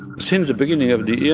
since the beginning of the year,